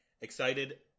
excited